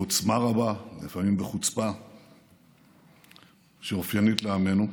בעוצמה רבה, לפעמים בחוצפה שאופיינית לעמנו,